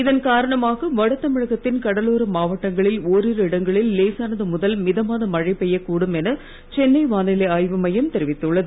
இதன் காரணமாக வட தமிழகத்தின் கடலோர மாவட்டங்களில் ஓரிரு இடங்களில் லேசானது முதல் மிதமான மழை பெய்யக்கூடும் என சென்னை வானிலை ஆய்வுமையம் தெரிவித்துள்ளது